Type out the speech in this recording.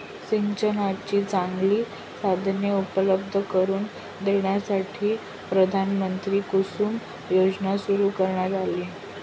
सिंचनाची चांगली साधने उपलब्ध करून देण्यासाठी प्रधानमंत्री कुसुम योजना सुरू करण्यात आली